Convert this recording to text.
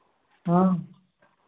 हाँ